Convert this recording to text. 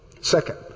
second